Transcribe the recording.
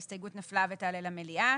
ההסתייגות נפלה ותעלה למליאה.